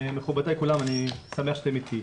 מכובדיי כולם, אני שמח שאתם איתי.